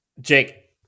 Jake